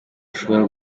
ashobora